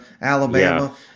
alabama